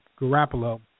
Garoppolo